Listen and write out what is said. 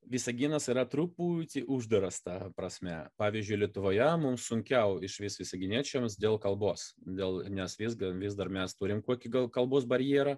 visaginas yra truputį uždaras ta prasme pavyzdžiui lietuvoje mums sunkiau išvis visaginiečiams dėl kalbos dėl nes vis vis dar mes turim kokį gal kalbos barjerą